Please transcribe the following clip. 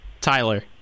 tyler